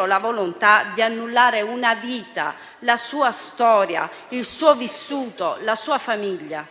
c'è la volontà di annullare una vita, la sua storia, il suo vissuto, la sua famiglia,